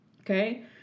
okay